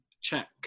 Check